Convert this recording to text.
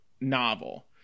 novel